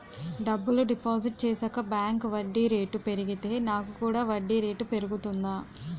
డబ్బులు డిపాజిట్ చేశాక బ్యాంక్ వడ్డీ రేటు పెరిగితే నాకు కూడా వడ్డీ రేటు పెరుగుతుందా?